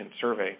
survey